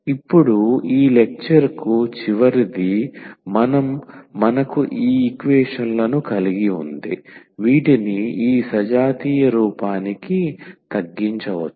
ఇప్పుడు ఈ లెక్చర్ కి చివరిది మనకు ఈ ఈక్వేషన్ లను కలిగి ఉంది వీటిని ఈ సజాతీయ రూపానికి తగ్గించవచ్చు